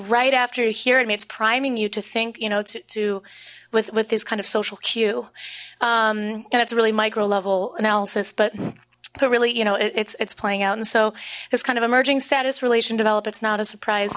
right after you hear it makes priming you to think you know to with with this kind of social cue and it's really micro level analysis but but really you know it's it's playing out and so it's kind of emerging status relation develop it's not a surprise